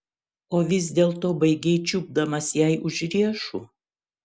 o vis dėlto baigei čiupdamas jai už riešų